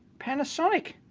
panasonic,